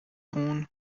اون